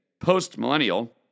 Post-millennial